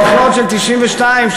בבחירות של 1992,